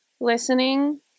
listening